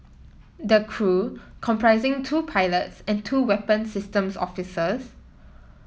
the crew comprising two pilots and two weapon systems officers